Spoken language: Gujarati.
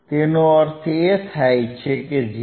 તેનો અર્થ એ કે 0